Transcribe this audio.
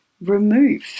remove